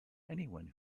anyone